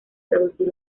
traducir